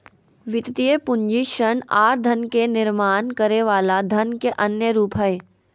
वित्तीय पूंजी ऋण आर धन के निर्माण करे वला धन के अन्य रूप हय